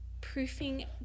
proofing